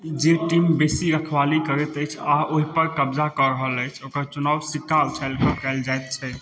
जे टीम बेसी रखवाली करैत अछि आ ओहि पर कब्जा कऽ रहल अछि ओकर चुनाव सिक्का उछालि कऽ कयल जाइत छै